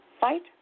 fight